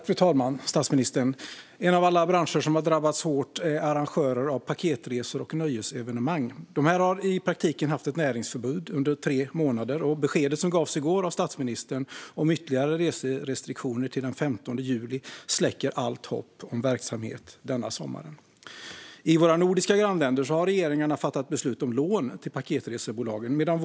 Fru talman! Statsministern! En av alla branscher som har drabbats hårt är arrangörer av paketresor och nöjesevenemang. De har i praktiken haft näringsförbud under tre månader. Beskedet som statsministern gav i går om ytterligare reserestriktioner till den 15 juli släcker också allt hopp om verksamhet den här sommaren. I våra nordiska grannländer har regeringarna fattat beslut om lån till paketresebolagen.